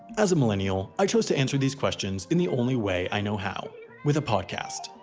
as a millennial, i chose to answer these questions in the only way i know how with a podcast.